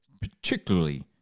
particularly